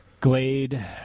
Glade